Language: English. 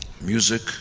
music